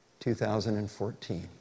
2014